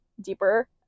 deeper